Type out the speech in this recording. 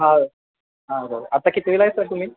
हा हा बोला आता कितवीला आहे सर तुम्ही